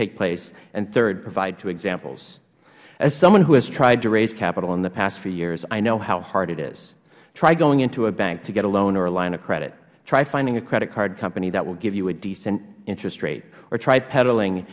take place and third provide two examples as someone who has tried to raise capital in the past few years i know how hard it is try going into a bank to get a loan or a line of credit try finding a credit card company that will give you a decent interest rate or try peddling